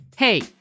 Hey